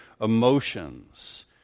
emotions